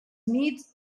nits